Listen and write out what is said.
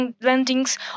landings